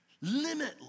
limitless